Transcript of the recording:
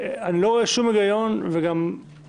אני לא רואה שום הגיון וגם בדקנו